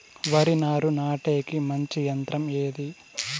వరి నారు నాటేకి మంచి యంత్రం ఏది?